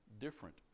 different